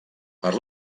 per